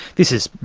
this is,